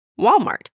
Walmart